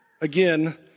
again